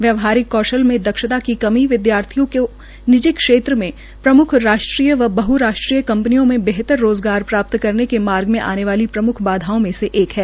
व्यवहारि कौशल में दक्षता के की विदयार्थियों को निजि क्षेत्र में प्रमुख राष्ट्रीय और बहराष्ट्रीय कंपनियों में बेहतर रोज़गार प्राप्त करने के मार्ग में आने वाली प्रमुख बाधाओं में से एक है